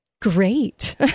Great